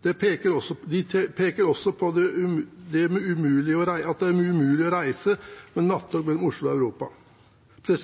De peker også på at det er umulig å reise med nattog mellom Oslo og Europa. Det